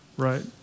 Right